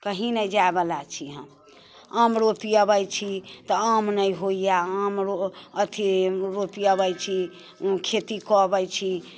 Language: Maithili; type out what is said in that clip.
कहीं नहि जाइवला छी हम आम रोपि अबै छी तऽ आम नहि होइए आम अथी रोपि अबै छी खेती कऽ अबै छी